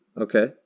Okay